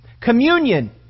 Communion